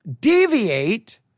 deviate